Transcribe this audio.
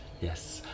Yes